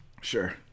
Sure